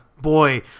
Boy